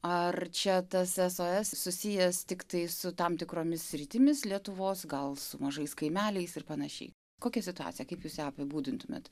ar čia tas sos susijęs tiktai su tam tikromis sritimis lietuvos gal su mažais kaimeliais ir pan kokią situaciją kaip jūs apibūdintumėte